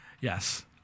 Yes